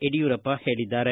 ಯಡಿಯೂರಪ್ಪ ಹೇಳಿದ್ದಾರೆ